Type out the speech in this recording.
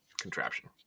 contraption